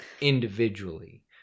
individually